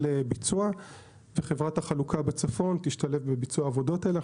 ביצוע וחברת החלוקה בצפון תשתלב בביצוע העבודות האלה.